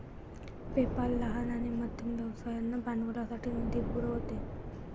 PayPal लहान आणि मध्यम व्यवसायांना भांडवलासाठी निधी पुरवते